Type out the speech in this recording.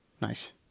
Nice